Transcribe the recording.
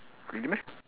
really meh